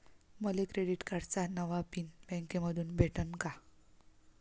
मले क्रेडिट कार्डाचा नवा पिन बँकेमंधून भेटन का?